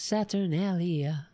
Saturnalia